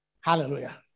Hallelujah